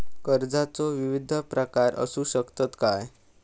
कर्जाचो विविध प्रकार असु शकतत काय?